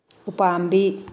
ꯎꯄꯥꯝꯕꯤ